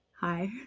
Hi